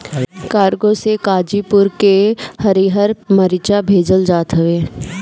cargo से गाजीपुर के हरिहर मारीचा भेजल जात हवे